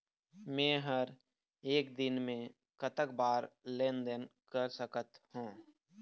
मे हर एक दिन मे कतक बार लेन देन कर सकत हों?